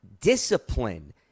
discipline